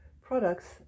products